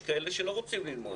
יש כאלה שלא רוצים ללמוד.